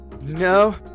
No